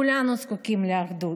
כולנו זקוקים לאחדות,